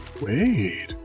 wait